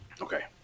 Okay